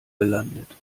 gelandet